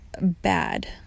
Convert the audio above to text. Bad